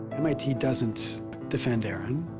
mit doesn't defend aaron,